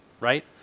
right